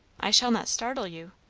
i shall not startle you?